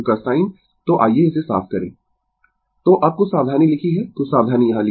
Refer Slide Time 2716 तो अब कुछ सावधानी लिखी है कुछ सावधानी यहाँ लिखी है